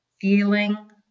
feeling